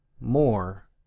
more